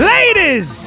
Ladies